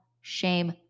shame